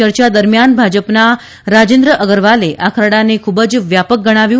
ચર્ચા દરમિયાન ભાજપના ભાજપના રાજેન્દ્ર અગરવાલે આ ખરડાને ખૂબ જ વ્યાપક ગણાવ્યું